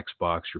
Xbox